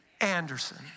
Anderson